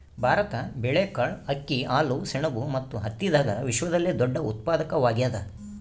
ಭಾರತ ಬೇಳೆಕಾಳ್, ಅಕ್ಕಿ, ಹಾಲು, ಸೆಣಬು ಮತ್ತು ಹತ್ತಿದಾಗ ವಿಶ್ವದಲ್ಲೆ ದೊಡ್ಡ ಉತ್ಪಾದಕವಾಗ್ಯಾದ